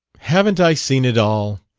haven't i seen it all?